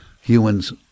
humans